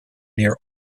near